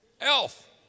Elf